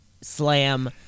Slam